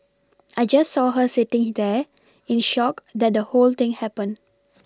I just saw her sitting there in shock that the whole thing happened